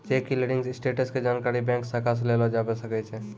cheque clearing status के जानकारी bank शाखा से लेलो जाबै सकै छै